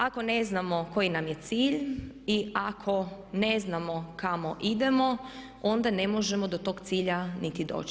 Ako ne znamo koji nam je cilj i ako ne znamo kamo idemo onda ne možemo do toga cilja niti doći.